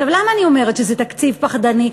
למה אני אומרת שזה תקציב פחדני?